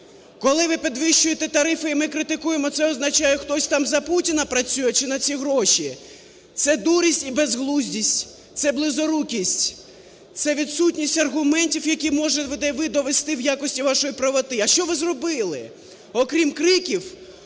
Коли ви підвищуєте тарифи і ми критикуємо, це означає, хтось там за Путіна працює чи на ці гроші? Це дурість і безглуздість, цеблизорукість, це відсутність аргументів, які можете ви довести в якості вашої правоти. А що ви зробили? Окрім криків,